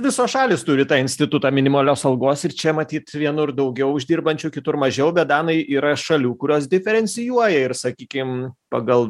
visos šalys turi tą institutą minimalios algos ir čia matyt vienur daugiau uždirbančių kitur mažiau bet danai yra šalių kurios diferencijuoja ir sakykim pagal